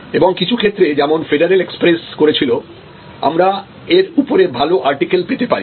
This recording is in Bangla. এবং কিছু ক্ষেত্রে যেমন ফেডারেল এক্সপ্রেস করেছিল আমরা এর ওপরে ভালো আর্টিকেল পেতে পারি